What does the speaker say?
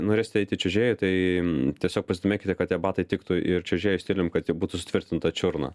norėsit eit į čiuožėjų tai tiesiog pasidomėkite kad tie batai tiktų ir čiuožėjo stilium kad jie būtų sutvirtinta čiurna